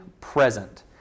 present